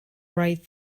right